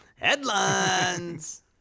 Headlines